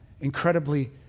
Incredibly